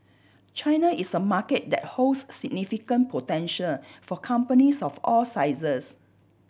China is a market that holds significant potential for companies of all sizes